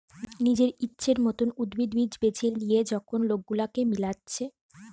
নিজের ইচ্ছের মত উদ্ভিদ, বীজ বেছে লিয়ে যখন লোক সেগুলাকে মিলাচ্ছে